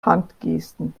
handgesten